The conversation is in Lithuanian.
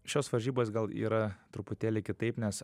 šios varžybos gal yra truputėlį kitaip nes